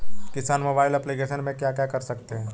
किसान mobile application पे क्या क्या कर सकते हैं?